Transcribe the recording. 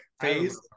phase